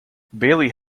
bailey